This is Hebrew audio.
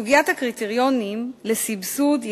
רצוני לשאול: 1. האם נכון הדבר?